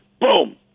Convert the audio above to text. boom